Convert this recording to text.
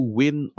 win